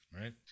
right